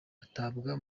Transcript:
atabwa